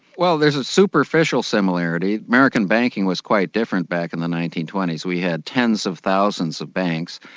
well there's a superficial similarity. american banking was quite different back in the nineteen twenty s. we had tens of thousands of banks,